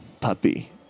puppy